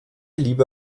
liebe